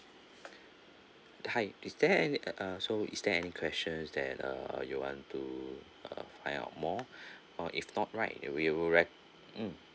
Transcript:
hi is there any uh so is there any questions that uh you want to uh find out more or if not right we will rec~ mm